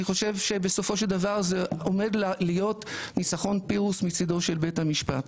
אני חושב שבסופו של דבר זה עומד להיות ניצחון פירוס מצידו של בית המשפט.